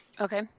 Okay